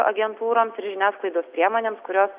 agentūroms ir žiniasklaidos priemonėms kurios